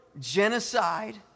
genocide